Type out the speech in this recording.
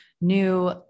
new